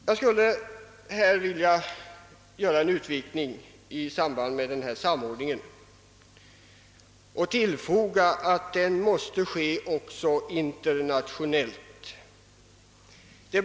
Jag skulle vilja göra en utvikning i detta sammanhang och tillfoga att samordningen måste genomföras också internationellt.